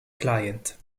client